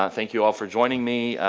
thank you all for joining me,